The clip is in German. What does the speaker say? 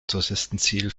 touristenziel